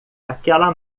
aquela